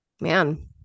man